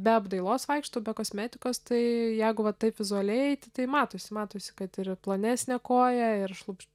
be apdailos vaikštau be kosmetikos tai jeigu va taip vizualiai t tai matosi matosi kad ir plonesne koja ir šlubč